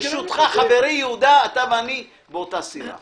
אתה ואני באותה סירה.